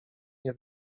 nie